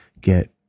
get